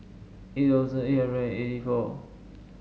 eight thousand eight hundred and eighty four